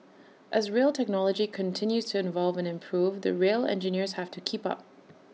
as rail technology continues to evolve and improve the rail engineers have to keep up